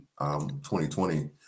2020